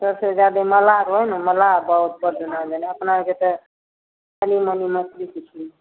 सबसँ ज्यादे मलाह रहै हइ ने मलाह अपना आओरके तऽ कनि मनि मछरी